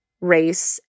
race